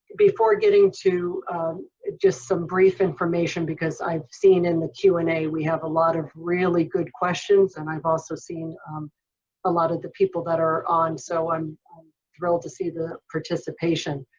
before getting to just some brief information because i've seen in the q and a we have a lot of really good questions, and i've also seen a lot of the people that are on, so i'm thrilled to see the participation.